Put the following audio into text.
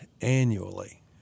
annually